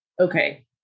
okay